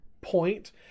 point